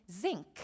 zinc